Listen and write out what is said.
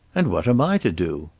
and what am i to do?